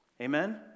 Amen